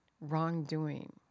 wrongdoing